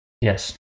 yes